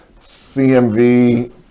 cmv